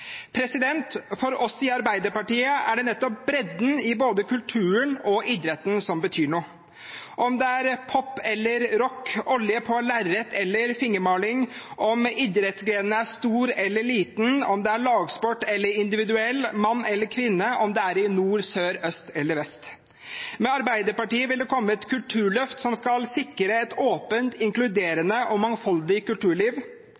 For oss i Arbeiderpartiet er det nettopp bredden i både kulturen og idretten som betyr noe – om det er pop eller rock, olje på lerret eller fingermaling, om idrettsgrenen er stor eller liten, om det er lagsport eller individuell, mann eller kvinne, om det er i nord, sør, øst eller vest. Med Arbeiderpartiet vil det komme et kulturløft som skal sikre et åpent, inkluderende og mangfoldig kulturliv